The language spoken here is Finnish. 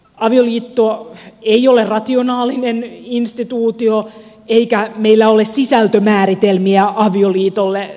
avioliitto ei ole rationaalinen instituutio eikä meillä ole sisältömääritelmiä avioliitolle